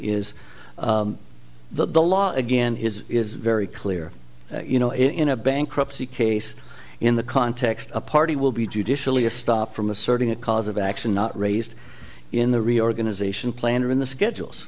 is the law again is is very clear you know in a bankruptcy case in the context of a party will be judicially a stop from asserting a cause of action not raised in the reorganization plan or in the schedules